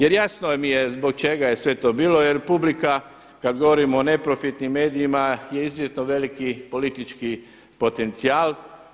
Jer jasno mi je zbog čega je sve to bilo, jer publika kada govorimo ne neprofitnim medijima je izuzetno veliki politički potencijal.